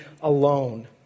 alone